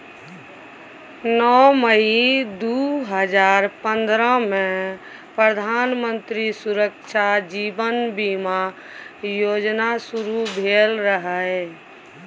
नौ मई दु हजार पंद्रहमे प्रधानमंत्री सुरक्षा जीबन बीमा योजना शुरू भेल रहय